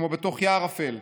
כמו בתוך יער אפל.